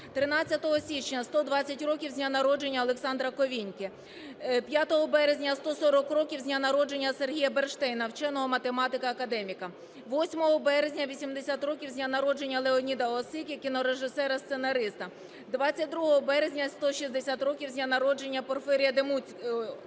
13 січня – 120 років з дня народження Олександра Ковіньки; 5 березня – 140 років з дня народження Сергія Бернштейна (вченого, математика, академіка); 8 березня – 80 років з дня народження Леоніда Осики (кінорежисера, сценариста); 22 березня – 160 років з дня народження Порфирія Демуцького